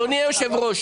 אדוני היושב ראש,